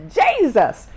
jesus